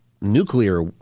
nuclear